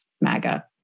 MAGA